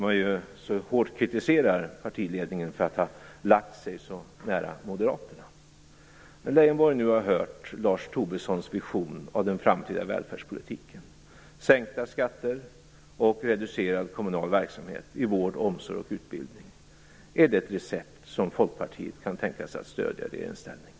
Man kritiserar ju partiledningen mycket hårt för att ha lagt sig så nära Moderaterna. När Lars Leijonborg nu har hört Lars sänkta skatter och en reducerad kommunal verksamhet inom vård, omsorg och utbildning - ställer jag alltså frågan: Är det ett recept som Folkpartiet i regeringsställning kan tänka sig att stödja?